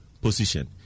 position